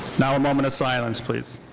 now a moment of silence, please.